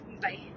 Bye